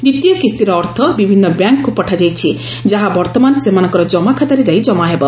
ଦ୍ୱିତୀୟ କିସ୍ତିର ଅର୍ଥ ବିଭିନ୍ନ ବ୍ୟାଙ୍କ୍କୁ ପଠାଯାଇଛି ଯାହା ବର୍ତ୍ତମାନ ସେମାନଙ୍କର ଜମାଖାତାରେ ଯାଇ ଜମାହେବ